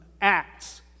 Acts